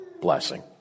blessing